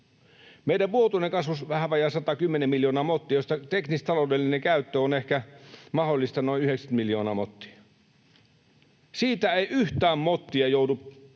Meidän vuotuinen kasvu on vähän vajaat 110 miljoonaa mottia, josta mahdollinen teknis-taloudellinen käyttö on ehkä noin 90 miljoonaa mottia. Siitä ei yhtään mottia joudu polttolaitoksiin